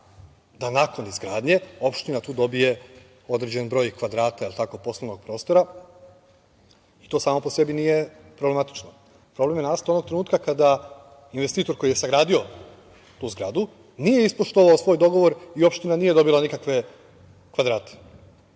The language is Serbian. da nakon izgradnje opština tu dobije određeni broj kvadrata prostornog prostora i to samo po sebi nije problematično. Problem je nastao onog trenutka kada investitor koji je sagradio tu zgradu nije ispoštovao svoj dogovor i opština nije dobila nikakve kvadrate.